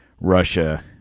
Russia